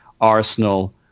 Arsenal